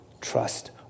trust